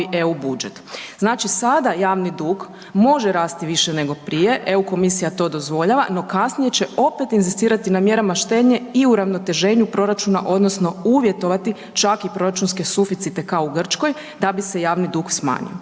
Znači, sada javni dug može rasti više nego prije, EU komisija to dozvoljava, no kasnije će opet inzistirati na mjerama štednje i uravnoteženju proračuna odnosno uvjetovati čak i proračunske suficite kao u Grčkoj da bi se javni dug smanjio.